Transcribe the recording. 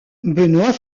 benoît